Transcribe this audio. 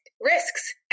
risks